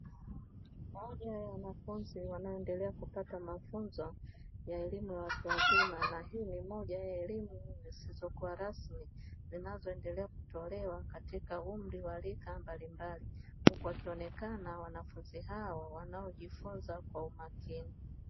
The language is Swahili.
Moja ya wanafunzi wanaoendelea kupata mafunzo ya elimu ya watu wazima, na hii ni moja ya elimu zisizo kuwa rasmi, zinazoendelea kutolewa katika umri wa rika mbalimbali; huku wakionekana wanafunzi hao wanaojifunza kwa umakini.